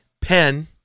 Pen